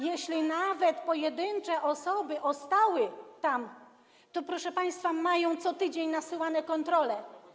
Jeśli nawet pojedyncze osoby się tam ostały, to, proszę państwa, mają co tydzień nasyłane kontrole.